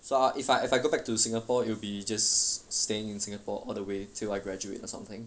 so ah if I if I go back to singapore it'll be just staying in singapore all the way till I graduate or something